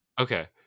okay